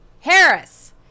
Harris